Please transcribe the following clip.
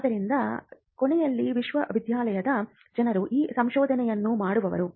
ಆದ್ದರಿಂದ ಕೊನೆಯಲ್ಲಿ ವಿಶ್ವವಿದ್ಯಾಲಯದ ಜನರು ಈ ಸಂಶೋಧನೆಯನ್ನು ಮಾಡುವವರು